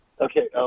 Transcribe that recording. Okay